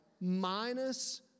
minus